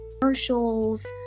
commercials